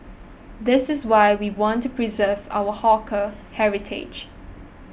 this is why we want to preserve our hawker heritage